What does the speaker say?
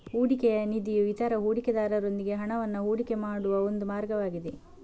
ಹೂಡಿಕೆಯ ನಿಧಿಯು ಇತರ ಹೂಡಿಕೆದಾರರೊಂದಿಗೆ ಹಣವನ್ನ ಹೂಡಿಕೆ ಮಾಡುವ ಒಂದು ಮಾರ್ಗವಾಗಿದೆ